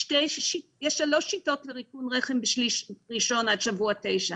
יש שלוש שיטות לריקון רחם בשליש ראשון ועד שבוע תשע